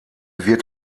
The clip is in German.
wird